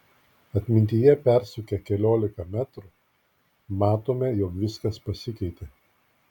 atmintyje persukę keliolika metų matome jog viskas pasikeitė